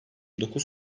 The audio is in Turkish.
dokuz